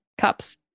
cups